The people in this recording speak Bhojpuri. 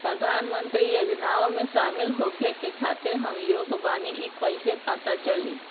प्रधान मंत्री योजनओं में शामिल होखे के खातिर हम योग्य बानी ई कईसे पता चली?